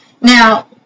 Now